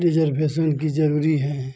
reservation की ज़रूरी है